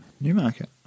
Newmarket